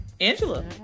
Angela